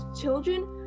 children